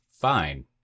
fine